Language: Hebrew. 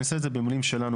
אני אעשה את זה במילים שלנו,